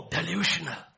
Delusional